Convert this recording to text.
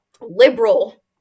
liberal